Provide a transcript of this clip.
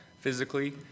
physically